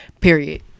Period